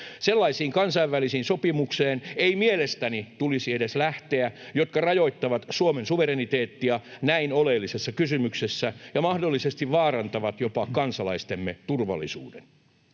Sellaisiin kansainvälisiin sopimuksiin ei mielestäni tulisi edes lähteä, jotka rajoittavat Suomen suvereniteettia näin oleellisessa kysymyksessä ja mahdollisesti vaarantavat jopa kansalaistemme turvallisuuden.